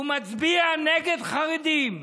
הוא מצביע נגד חרדים,